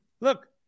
Look